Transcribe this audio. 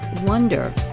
Wonder